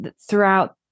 throughout